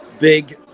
big